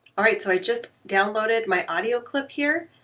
all right, so i just downloaded my audio clip here.